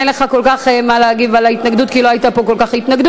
אין לך כל כך מה להגיב על ההתנגדות כי לא הייתה פה כל כך התנגדות.